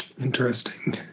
Interesting